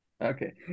Okay